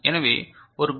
எனவே ஒரு பி